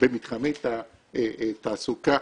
במתחמי תעסוקה.